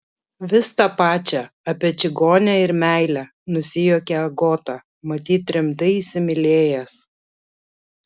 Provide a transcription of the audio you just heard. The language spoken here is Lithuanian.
vis tą pačią apie čigonę ir meilę nusijuokė agota matyt rimtai įsimylėjęs